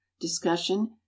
discussion